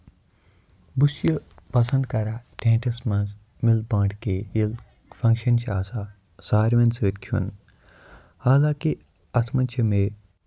بہٕ چھُس یہِ پَسند کران ٹینٹَس منٛز مِل بانٹ کے ییٚلہِ فِنکشن چھُ آسان ساروین سۭتۍ کھیٚون حالنٛکہِ تَتھ منٛز چھِ مےٚ